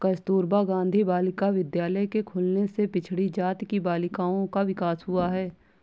कस्तूरबा गाँधी बालिका विद्यालय के खुलने से पिछड़ी जाति की बालिकाओं का विकास हुआ है